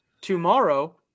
Tomorrow